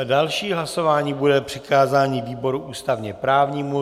Další hlasování bude přikázání výboru ústavněprávnímu.